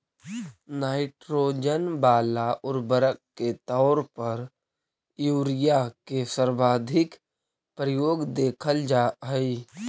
nitrogen वाला उर्वरक के तौर पर यूरिया के सर्वाधिक प्रयोग देखल जा हइ